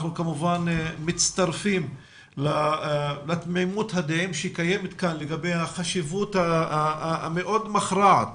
אנחנו כמובן מצטרפים לתמימות הדעים שקיימת כאן לגבי החשיבות המאוד מכרעת